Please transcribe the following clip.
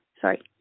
Sorry